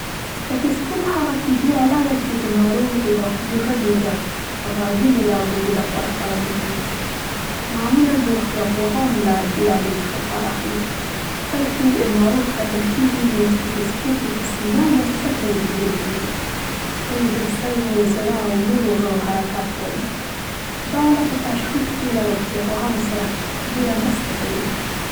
سټېټسکوپ هغه طبي آله ده چې د ناروغ د داخلي غړیو د غږونو د اورېدو لپاره کارول کېږي. معمولا روغتیا پوهان له دې آلې څخه کار اخلي. کله چې ناروغ کتل کېږي نو سټېټسکوپ یې په سینه یا څټ ور اېښودل کېږي، څو یې د سږو، زړه او نورو غړو حرکټ واوري. دا آله په تشخیص کې له روغتیا پوهانو سره ډېره مرسته کوي.